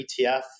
ETF